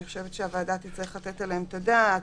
חושבת שהוועדה צריכה לתת עליהן את הדעת,